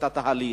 את התהליך.